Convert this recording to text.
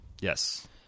Yes